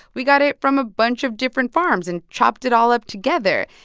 we got it from a bunch of different farms and chopped it all up together.